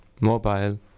mobile